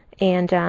and